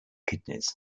kidneys